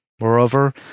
Moreover